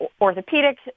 orthopedic